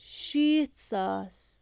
شیٖتھ ساس